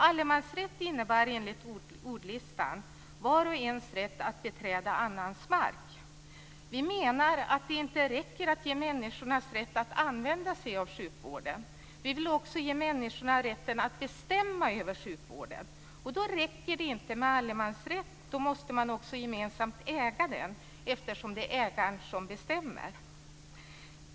Allemansrätt innebär enligt ordlistan vars och ens rätt att beträda annans mark. Vi menar att det inte räcker att ge människorna rätt att använda sig av sjukvården. Vi vill också ge människorna rätten att bestämma över sjukvården. Då räcker det inte med allemansrätt, utan då måste man också gemensamt äga sjukvården. Det är ägaren som bestämmer.